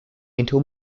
until